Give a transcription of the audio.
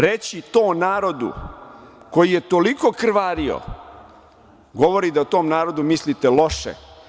Reći to narodu koji je toliko krvario, govori da o tom narodu mislite loše.